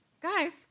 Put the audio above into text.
Guys